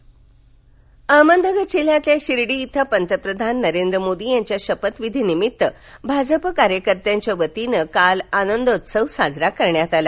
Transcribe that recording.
अहमदनगर अहमदनगर जिल्ह्यातल्या शिर्डी इथं पंतप्रधान नरेंद्र मोदी यांच्या शपथ विधीनिमित्त भाजप कार्यकर्त्यांच्या वतीनं काल आनंदोत्सव साजरा करण्यात आला